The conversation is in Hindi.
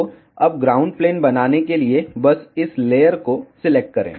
तो अब ग्राउंड प्लेन बनाने के लिए बस इस लेयर को सिलेक्ट करें